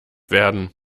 werden